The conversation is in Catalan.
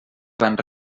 van